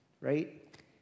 right